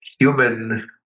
human